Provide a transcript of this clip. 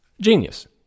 Genius